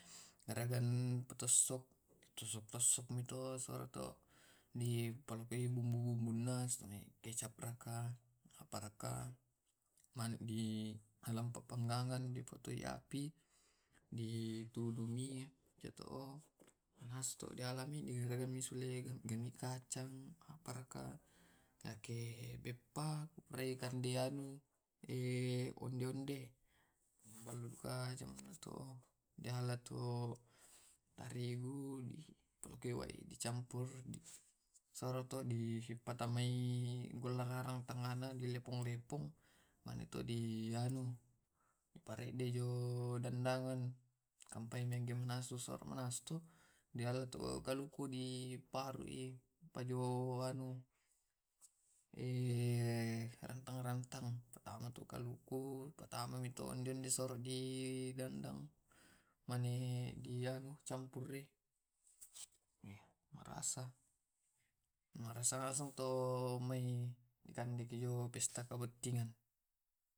Sesai to beppa tojeng di goppo tepung naipa dipanoikan tallo aiji cetak sibuccu-biccu naippa di oven, naipa dipattama di toples, yai purainna to karena denai biccu purai kande natu biasai matahung baru, iyawabang ro ku kande ekemena mai eloki matahung baru kande tallo tumae. Karena memang karena memang iyami biasa dipatabang matahun baru ki to. di patallo, makanya iyabang iyabang di pakande waktunya baiccu.